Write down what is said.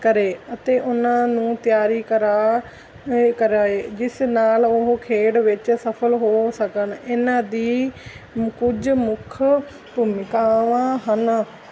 ਕਰੇ ਅਤੇ ਉਹਨਾਂ ਨੂੰ ਤਿਆਰੀ ਕਰਾ ਕਰਵਾਏ ਜਿਸ ਨਾਲ ਉਹ ਖੇਡ ਵਿੱਚ ਸਫਲ ਹੋ ਸਕਣ ਇਹਨਾਂ ਦੀ ਕੁਝ ਮੁੱਖ ਭੂਮਿਕਾਵਾਂ ਹਨ